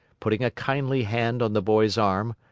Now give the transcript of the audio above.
putting a kindly hand on the boy's arm,